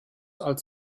als